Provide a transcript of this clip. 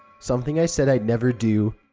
something i said i'd never do.